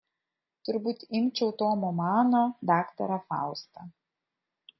turbūt imčiau tomo mano daktarą faustą